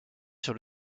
sur